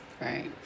right